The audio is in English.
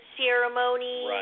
ceremony